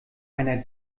einer